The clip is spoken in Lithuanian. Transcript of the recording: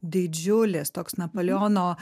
didžiulis toks napoleono